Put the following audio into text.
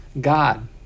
God